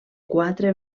quatre